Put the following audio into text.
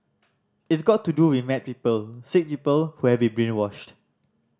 it's got to do with mad people sick people who have been brainwashed